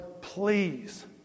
please